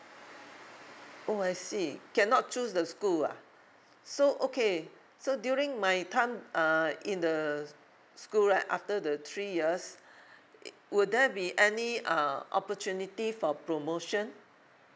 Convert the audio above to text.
oh I see cannot choose the school ah so okay so during my time uh in the school right after the three years it would there be any uh opportunity for promotion